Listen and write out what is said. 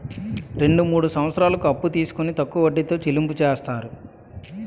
రెండు మూడు సంవత్సరాలకు అప్పు తీసుకొని తక్కువ వడ్డీతో చెల్లింపు చేస్తారు